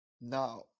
Now